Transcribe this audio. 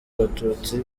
abatutsi